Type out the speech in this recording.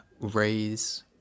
raise